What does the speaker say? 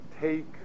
take